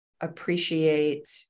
appreciate